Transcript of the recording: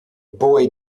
boy